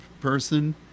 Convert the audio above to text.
person